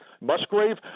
Musgrave